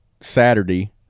Saturday